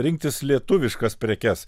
rinktis lietuviškas prekes